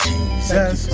Jesus